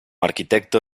arquitecto